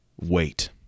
Wait